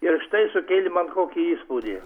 ir štai sukėlė man kokį įspūdį